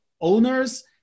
owners